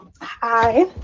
Hi